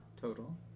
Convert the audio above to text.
total